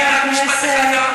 אני אגיד רק משפט אחד,